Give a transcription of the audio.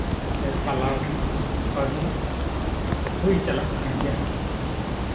ᱥᱮ ᱯᱟᱞᱟᱣ ᱦᱩᱭᱩᱜ ᱠᱟᱱᱟ ᱱᱚᱝᱠᱟ ᱜᱮ ᱦᱩᱭ ᱪᱟᱞᱟᱜ ᱠᱟᱱ ᱜᱮᱭᱟ